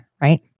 right